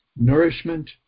nourishment